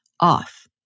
off